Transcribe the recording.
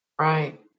Right